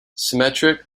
symmetric